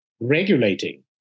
regulating